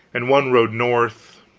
and one rode north,